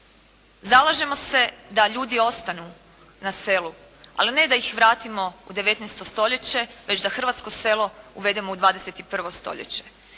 Zalažemo se da ljudi ostanu na selu, ali ne da ih vratimo u 19. stoljeće, već da hrvatsko selo uvedemo u 21. stoljeće.